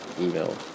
email